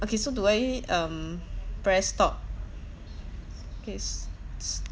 okay so do I um press stop okay